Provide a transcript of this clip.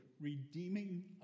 redeeming